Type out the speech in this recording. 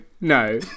no